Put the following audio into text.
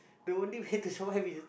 the only way to show them is